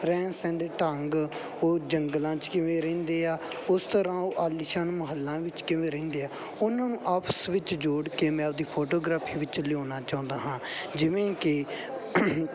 ਰਹਿਣ ਸਹਿਣ ਦੇ ਢੰਗ ਉਹ ਜੰਗਲਾਂ 'ਚ ਕਿਵੇਂ ਰਹਿੰਦੇ ਆ ਉਸ ਤਰ੍ਹਾਂ ਉਹ ਆਲੀਸ਼ਾਨ ਮਹਿਲਾਂ ਵਿੱਚ ਕਿਵੇਂ ਰਹਿੰਦੇ ਆ ਉਹਨਾਂ ਨੂੰ ਆਪਸ ਵਿੱਚ ਜੋੜ ਕੇ ਮੈਂ ਆਪਦੀ ਫੋਟੋਗ੍ਰਾਫੀ ਵਿੱਚ ਲਿਆਉਣਾ ਚਾਹੁੰਦਾ ਹਾਂ ਜਿਵੇਂ ਕਿ